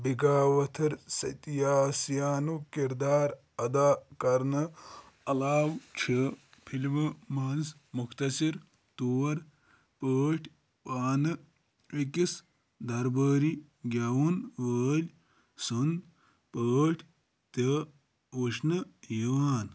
بگاواتھر ستیاسیانُک کِردار ادا کرنہٕ علاوٕ چھُ فلمہِ منٛز مختصر طور پٲٹھۍ پانہٕ أکِس دربٲری گٮ۪ون وٲلۍ سنٛد پٲٹھۍ تہِ وچھنہِ یِوان